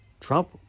Trump